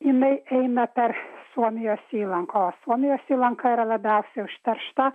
jinai eina per suomijos įlankos suomijos įlanką yra labiausiai užteršta